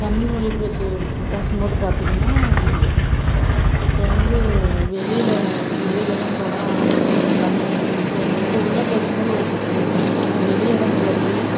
தமிழ் மொழி பேசும் பேசும் போது பார்த்தீங்கன்னா இப்போ வந்து வெளியில் வெளியிலெலாம் போனால் தமிழ் இப்போ எங்கள் உள்ளே பேசும் போது ஒரு பிரச்சனையும் இல்லை ஆனால் வெளி இடங்கள்ல போய்